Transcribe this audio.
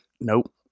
Nope